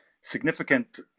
significant